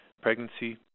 pregnancy